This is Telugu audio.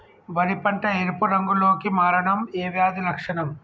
వరి పంట ఎరుపు రంగు లో కి మారడం ఏ వ్యాధి లక్షణం?